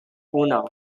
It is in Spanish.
uno